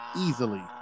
Easily